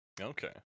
okay